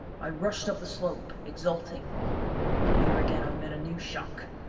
i rushed up the slope exulting but here again i met a new shock.